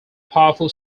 powerful